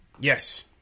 Yes